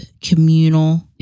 communal